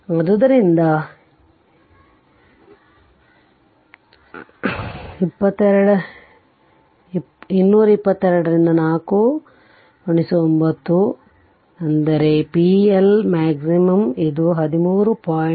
ಆದ್ದರಿಂದ 222 ರಿಂದ 4 9 ಆದ್ದರಿಂದ pLmax ಇದು 13